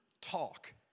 talk